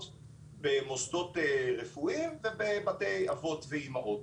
במוסדות רפואיים ובבתי אבות ואימהות,